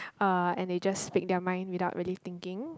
uh and they just speak their mind without really thinking